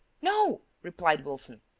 no, replied wilson.